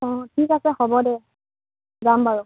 অঁ ঠিক আছে হ'ব দে যাম বাৰু